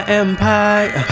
empire